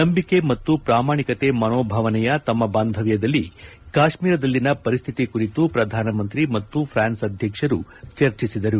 ನಂಬಿಕೆ ಮತ್ತು ಪ್ರಾಮಾಣಿಕತೆ ಮನೋಭಾವನೆಯ ತಮ್ನ ಬಾಂದವ್ಲದಲ್ಲಿ ಕಾಶ್ನೀರದಲ್ಲಿನ ಪರಿಸ್ಥಿತಿ ಕುರಿತು ಪ್ರಧಾನಮಂತ್ರಿ ಮತ್ತು ಫ್ರಾನ್ಸ್ ಅಧ್ವಕ್ಷರು ಚರ್ಚಿಸಿದರು